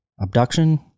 Abduction